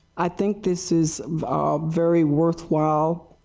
i think this is very worthwhile.